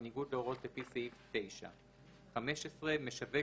בניגוד להוראות לפי סעיף 9. (15)משווק